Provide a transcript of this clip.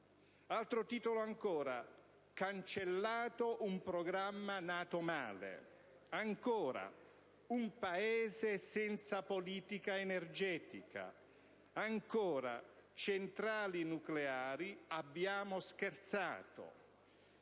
Altro titolo ancora: «Cancellato un programma nato male». Ancora: «Un Paese senza politica energetica». Ancora: «Centrali nucleari: abbiamo scherzato».